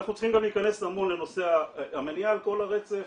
אנחנו צריכים גם להכנס המון לנושא המניעה על כל הרצף,